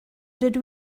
dydw